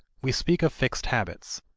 we speak of fixed habits.